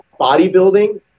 bodybuilding